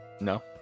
No